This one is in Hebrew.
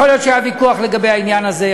יכול להיות שהיה ויכוח לגבי העניין הזה,